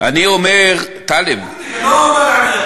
אני אומר, טלב, אמת.